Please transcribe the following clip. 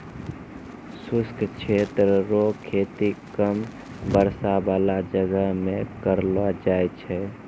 शुष्क क्षेत्र रो खेती कम वर्षा बाला जगह मे करलो जाय छै